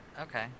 Okay